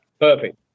Perfect